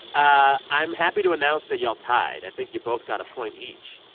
i'm happy to announce that y'all tied. i think you both got a point each.